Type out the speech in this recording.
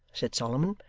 said solomon,